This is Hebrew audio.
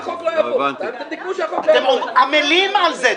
אתם עמלים על זה.